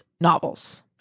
novels